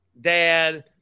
dad